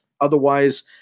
otherwise